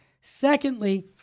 Secondly